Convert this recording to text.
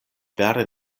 vere